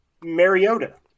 Mariota